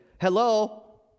Hello